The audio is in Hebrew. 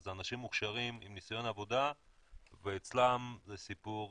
ואלה אנשים מוכשרים עם ניסיון בעבודה ואצלם זה סיפור,